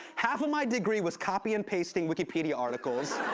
half of my degree was copy-and-pasting wikipedia articles.